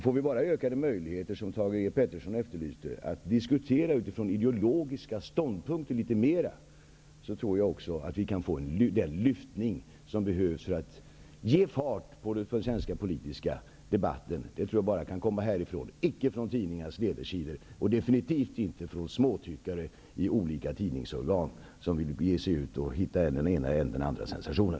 Får vi bara ökade möjligheter, som Thage G. Peterson efterlyste, att diskutera utifrån litet mera ideologiska ståndpunkter, tror jag också att vi kan få den lyftning som behövs för att ge den svenska politiska debatten fart. Det tror jag bara kan komma härifrån, icke från tidningarnas ledarsidor, och definitivt inte från småtyckare i olika tidningsorgan som vill bege sig ut och hitta än den ena än den andra sensationen.